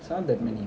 it's not that many